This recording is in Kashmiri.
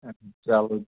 چلو